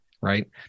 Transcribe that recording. right